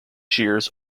shears